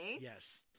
Yes